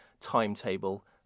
timetable